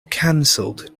cancelled